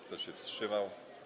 Kto się wstrzymał?